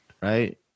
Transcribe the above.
right